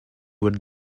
would